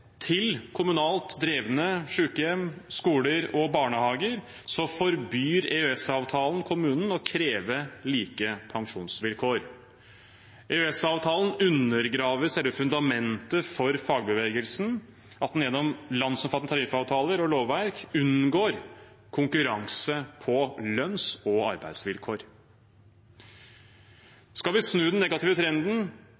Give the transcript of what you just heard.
til kommunalt drevne sykehjem, skoler og barnehager forbyr EØS-avtalen kommunen å kreve like pensjonsvilkår. EØS-avtalen undergraver selve fundamentet for fagbevegelsen – at den gjennom landsomfattende tariffavtaler og lovverk unngår konkurranse på lønns- og arbeidsvilkår.